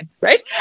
Right